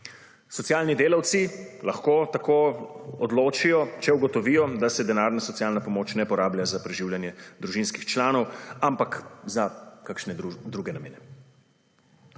Socialni delavci lahko tako odločijo, če ugotovijo da se denarna socialna pomoč ne porablja za preživljanje družinskih članov, ampak za kakšne druge namene.